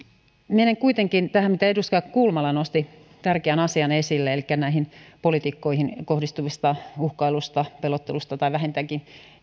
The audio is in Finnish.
menen kuitenkin tähän mitä edustaja kulmala nosti esille tärkeän asian elikkä poliitikkoihin kohdistuvista uhkailuista pelottelusta tai vähintäänkin